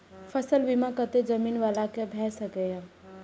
फसल बीमा कतेक जमीन वाला के भ सकेया?